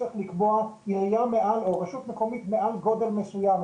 צריך לקבוע רשות מקומית מעל גודל מסוים,